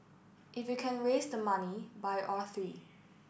if you can raise the money buy all three